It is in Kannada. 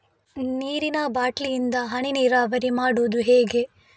ನೀರಿನಾ ಬಾಟ್ಲಿ ಇಂದ ಹನಿ ನೀರಾವರಿ ಮಾಡುದು ಹೇಗೆ?